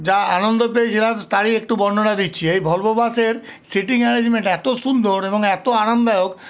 যা আনন্দ পেয়েছিলাম তারই একটু বর্ণনা দিচ্ছি এই ভলভো বাসের সিটিং অ্যারেঞ্জমেন্ট এত সুন্দর এবং এত আরামদায়ক